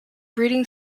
breeding